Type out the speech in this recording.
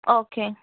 okay